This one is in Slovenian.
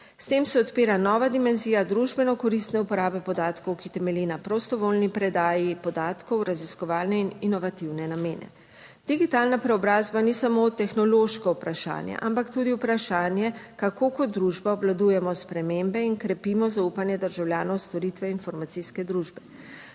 S tem se odpira nova dimenzija družbeno koristne uporabe podatkov, ki temelji na prostovoljni predaji podatkov v raziskovalne in inovativne namene. Digitalna preobrazba ni samo tehnološko vprašanje, ampak tudi vprašanje kako kot družba obvladujemo spremembe in krepimo zaupanje državljanov v storitve informacijske družbe.